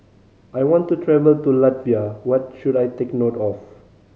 I want to travel to Latvia what should I take note of